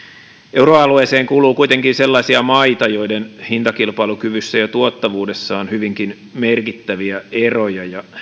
euroalueeseen kuuluu kuitenkin sellaisia maita joiden hintakilpailukyvyssä ja tuottavuudessa on hyvinkin merkittäviä eroja ja